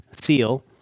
seal